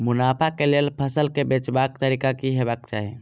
मुनाफा केँ लेल फसल केँ बेचबाक तरीका की हेबाक चाहि?